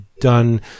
done